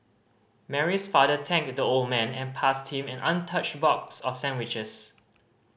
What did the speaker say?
Mary's father thanked the old man and passed him an untouched box of sandwiches